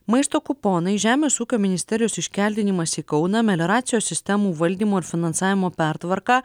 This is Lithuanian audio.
maisto kuponai žemės ūkio ministerijos iškeldinimas į kauną melioracijos sistemų valdymo ir finansavimo pertvarka